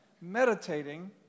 meditating